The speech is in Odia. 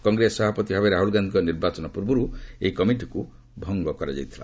କଂଗ୍ରେସ ସଭାପତି ଭାବେ ରହୁଲ ଗାନ୍ଧିଙ୍କ ନିର୍ବାଚନ ପୂର୍ବରୁ ଏହି କମିଟିକୁ ଭଙ୍ଗ କରାଯାଇଥିଲା